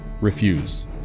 refuse